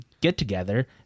get-together